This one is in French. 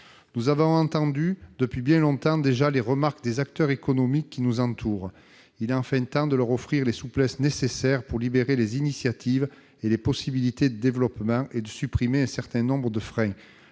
nous avons entendu les remarques des acteurs économiques qui nous entourent. Il est enfin temps de leur offrir les souplesses nécessaires pour libérer les initiatives et les possibilités de développement et de supprimer un certain nombre de freins-